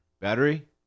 battery